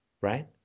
Right